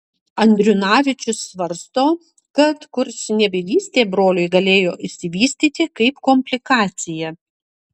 andriunavičius svarsto kad kurčnebylystė broliui galėjo išsivystyti kaip komplikacija